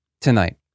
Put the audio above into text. tonight